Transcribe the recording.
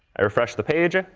i refresh the page.